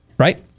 Right